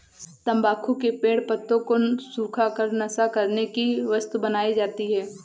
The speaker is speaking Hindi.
तम्बाकू के पेड़ पत्तों को सुखा कर नशा करने की वस्तु बनाई जाती है